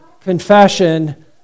confession